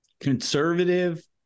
conservative